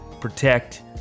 protect